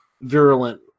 virulent